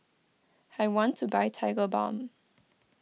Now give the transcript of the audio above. I want to buy Tigerbalm